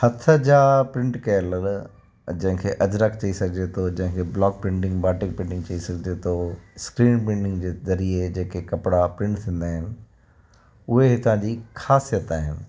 हथ जा प्रिंट कयल जंहिं खे अजरक चई सघिजे थो जंहिंखे ब्लॉक प्रिंटिंग बाटीक बिटिंग चई सघिजे थो स्क्रिन प्रिंटिंग जे ज़रीए कपिड़ा प्रिंट थींदा आहिनि उहे हितां जी ख़ासियत आहिनि